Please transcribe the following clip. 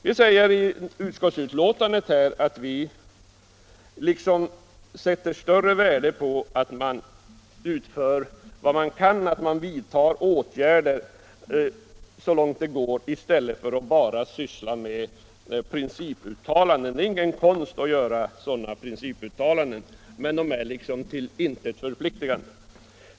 Vi säger i utskottsbetänkandet att vi sätter större värde på att man utför vad man kan, att man vidtar åtgärder så långt det går i stället för att bara syssla med principuttalanden. Det är ingen konst att göra principuttalanden, men de är till intet förpliktande.